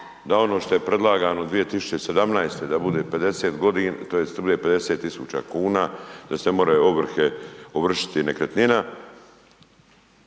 da ono što je predlagano 2017. da bude 50 tisuća kuna da se ne mogu ovršiti nekretnine